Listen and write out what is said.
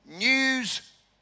News